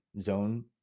zone